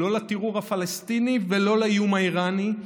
לא לטרור הפלסטיני ולא לאיום האיראני,